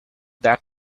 that